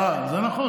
שקד כתבה,